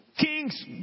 kings